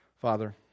Father